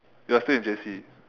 you are still in J_C